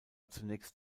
zunächst